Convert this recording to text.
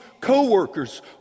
co-workers